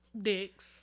dicks